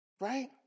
Right